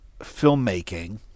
filmmaking